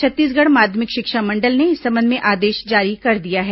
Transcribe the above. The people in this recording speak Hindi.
छत्तीसगढ़ माध्यमिक शिक्षा मंडल ने इस संबंध में आदेश जारी कर दिया है